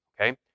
okay